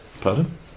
Pardon